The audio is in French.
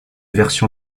version